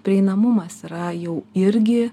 prieinamumas yra jau irgi